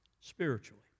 Spiritually